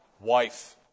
Wife